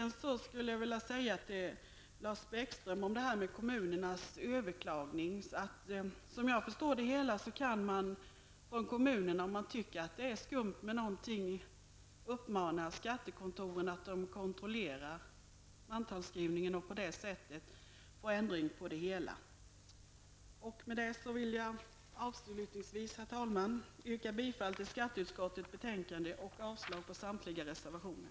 När det gäller detta med kommuners överklagande vill jag säga till Lars Bäckström att, som jag förstår det hela, kan kommunerna uppmana skattekontoren att kontrollera mantalsskrivningen om man tycker att det är någonting skumt med det hela. På det sättet kan man få en ändring. Herr talman! Med detta vill jag avslutningsvis yrka bifall till hemställan i skatteutskottets betänkande och avslag på samtliga reservationer.